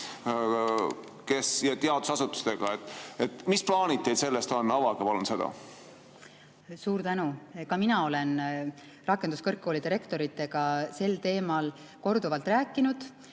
ja teadusasutustega. Mis plaanid teil selles on? Avage palun seda! Suur tänu! Ka mina olen rakenduskõrgkoolide rektoritega sel teemal korduvalt rääkinud